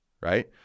Right